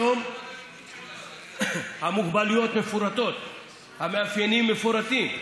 כיום המוגבלויות מפורטות; המאפיינים מפורטים,